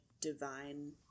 divine